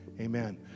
Amen